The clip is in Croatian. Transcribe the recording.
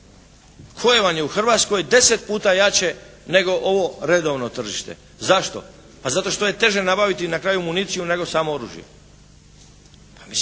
koje vam je u Hrvatskoj deset puta jače nego ovo redovno tržište. Zašto? Pa zato što je teže nabaviti na kraju municiju, nego samo oružje,